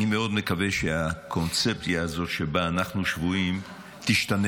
אני מאוד מקווה שהקונספציה הזאת שבה אנחנו שבויים תשתנה.